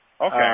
Okay